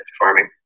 farming